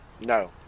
No